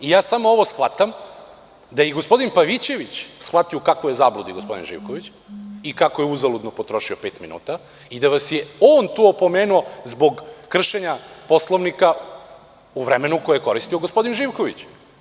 Ja shvatam da je i gospodin Pavićević shvatio u kakvoj je zabludi gospodin Živković i kako je uzaludno potrošio pet minuta i da vas je on tu opomenuo zbog kršenja Poslovnika u vremenu koje je koristio gospodin Živković.